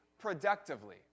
productively